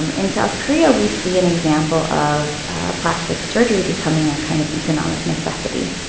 um in south korea, we see an example of plastic surgery becoming a kind of economic necessity.